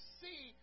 see